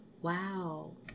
Wow